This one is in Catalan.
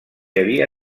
havia